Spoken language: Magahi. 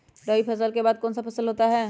रवि फसल के बाद कौन सा फसल होता है?